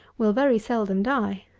will very seldom die.